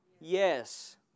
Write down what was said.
Yes